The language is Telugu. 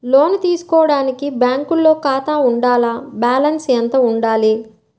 లోను తీసుకోవడానికి బ్యాంకులో ఖాతా ఉండాల? బాలన్స్ ఎంత వుండాలి?